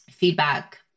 feedback